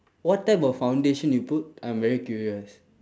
what type of foundation you put I'm very curious